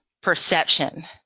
perception